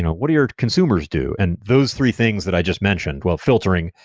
what do your consumers do? and those three things that i just mentioned, well, filtering,